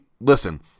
listen